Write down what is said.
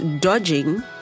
dodging